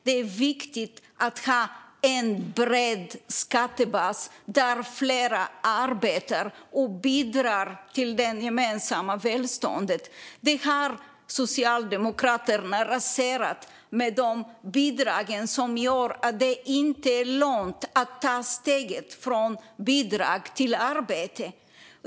Det är viktigt att ha en bred skattebas, där fler arbetar och bidrar till det gemensamma välståndet. Detta har Socialdemokraterna raserat med de bidrag som gör att det inte är lönt att ta steget från bidrag till arbete.